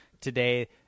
today